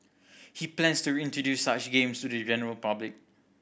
he plans to introduce such games to the general public